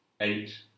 eight